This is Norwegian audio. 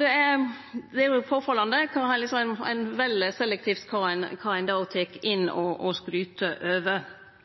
Det er påfallande kva ein selektivt vel å ta inn og skryte av. Er noko feil, er